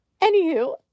Anywho